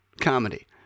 comedy